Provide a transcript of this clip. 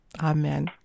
Amen